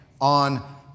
on